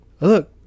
Look